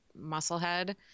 musclehead